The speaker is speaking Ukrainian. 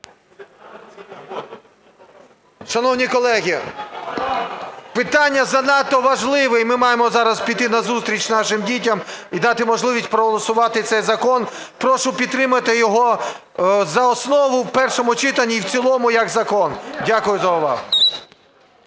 Шановні колеги! Питання занадто важливе і ми маємо зараз піти назустріч нашим дітям і дати можливість проголосувати цей закон. Прошу підтримати його за основу в першому читанні і в цілому як закон. Дякую за увагу.